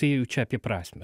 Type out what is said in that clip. tai jau čia apie prasmę